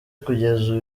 kugeza